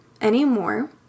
anymore